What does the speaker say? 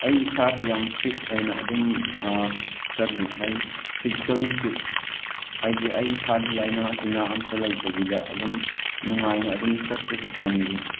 ꯑꯩ ꯏꯁꯥꯁꯤ ꯌꯥꯝ ꯐꯤꯠ ꯑꯣꯏꯅ ꯑꯗꯨꯝ ꯆꯠꯂꯤ ꯍꯥꯏꯗꯤ ꯐꯤꯖꯤꯀꯦꯜꯂꯤ ꯐꯤꯠ ꯍꯥꯏꯗꯤ ꯑꯩ ꯏꯁꯥꯗ ꯂꯥꯏꯅꯥ ꯇꯤꯟꯅꯥ ꯑꯃꯇ ꯂꯩꯇꯕꯤꯗ ꯑꯗꯨꯝ ꯅꯨꯡꯉꯥꯏꯅ ꯑꯗꯨꯝ ꯆꯠꯄꯁꯨ ꯐꯪꯈꯤ